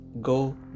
Go